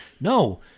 No